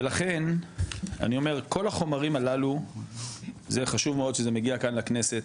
ולכן אני אומר כל החומרים הללו זה חשוב מאוד שזה מגיע כאן לכנסת,